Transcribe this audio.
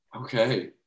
Okay